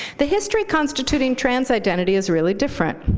the history constituting trans identity is really different,